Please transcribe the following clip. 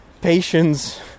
patience